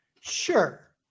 Sure